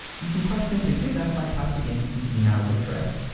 you can quite simply do that by typing in the email address.